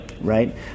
right